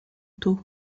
taux